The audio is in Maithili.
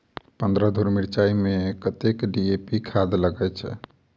पन्द्रह धूर मिर्चाई मे कत्ते डी.ए.पी खाद लगय छै?